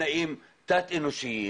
בתנאים תת-אנושיים,